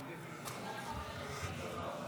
הוראת שעה),